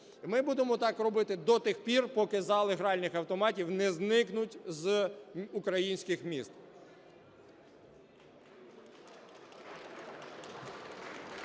Ми будемо так робити до тих пір, поки зали гральних автоматів не зникнуть з українських міст.